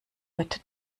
wird